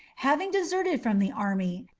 having deserted from the army,